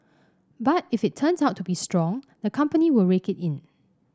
but if it turns out to be strong the company will rake it in